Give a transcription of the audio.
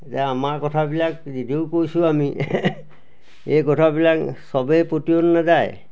যে আমাৰ কথাবিলাক যদিও কৈছোঁ আমি এই কথাবিলাক চবেই পতিয়ন নাযায়